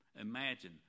Imagine